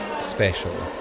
special